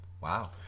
Wow